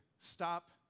Stop